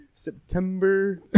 September